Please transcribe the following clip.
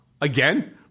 again